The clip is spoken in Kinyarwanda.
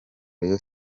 rayon